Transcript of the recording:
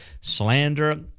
slander